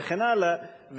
וכן הלאה.